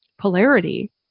polarity